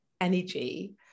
energy